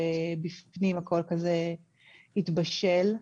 ובפנים הכול התבשל.